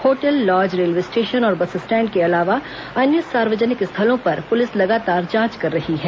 hotel lodge railway station और bus stand के अलावा अन्य सार्वजनिक स्थलों पर पुलिस लगातार जांच कर रही है